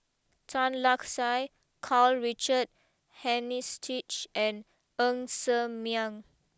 Tan Lark Sye Karl Richard Hanitsch and Ng Ser Miang